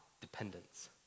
dependence